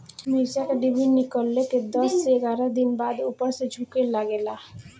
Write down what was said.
मिरचा क डिभी निकलले के दस से एग्यारह दिन बाद उपर से झुके लागेला?